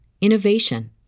innovation